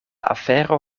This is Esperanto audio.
afero